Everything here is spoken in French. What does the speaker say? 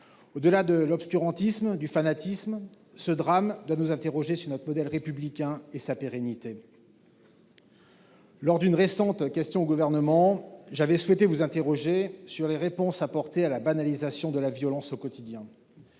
Au delà de l’obscurantisme et du fanatisme, ce drame doit nous interroger sur notre modèle républicain et sa pérennité. Lors d’une récente séance de questions au Gouvernement, je vous avais interrogé sur les réponses apportées à la banalisation de la violence du quotidien.